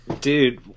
Dude